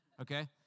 Okay